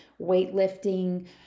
weightlifting